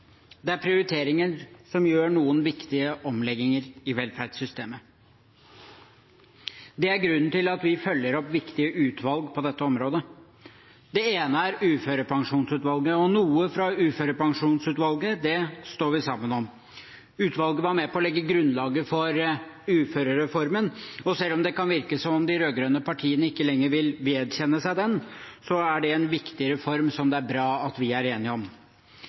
Det er prioriteringer som gjør noen viktige omlegginger i velferdssystemet. Det er grunnen til at vi følger opp viktige utvalg på dette området. Det ene er Uførepensjonsutvalget, og noe fra utvalget står vi sammen om. Utvalget var med på å legge grunnlaget for uførereformen, og selv om det kan virke som om de rød-grønne partiene ikke lenger vil vedkjenne seg den, er det en viktig reform, som det er bra at vi er enige om.